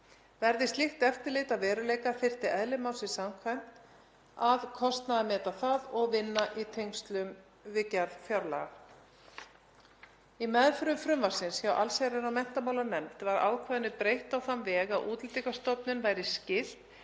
Verði slíkt eftirlit að veruleika þyrfti eðli málsins samkvæmt að kostnaðarmeta það og vinna í tengslum við gerð fjárlaga.“ Í meðförum frumvarpsins hjá allsherjar- og menntamálanefnd var ákvæðinu breytt á þann veg að Útlendingastofnun væri skylt